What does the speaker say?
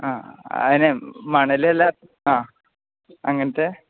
ആ അതുതന്നെ മണല് എല്ലാം ആ അങ്ങനത്തെ